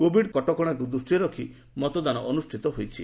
Covid କଟକଣାକୁ ଦୃଷ୍ଟିରେ ରଖି ମତଦାନ ଅନୁଷ୍ଠିତ ହୋଇଛି